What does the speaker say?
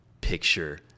picture